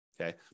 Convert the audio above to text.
okay